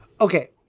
Okay